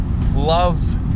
Love